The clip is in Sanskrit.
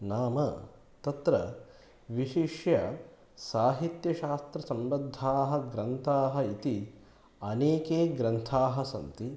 नाम तत्र विशिष्य साहित्यशास्त्रसम्बद्धाः ग्रन्थाः इति अनेके ग्रन्थाः सन्ति